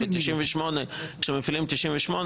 כשמפעילים 98,